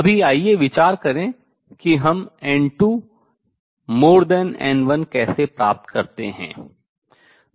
अभी आइए विचार करें कि हम n2n1 कैसे प्राप्त करते हैं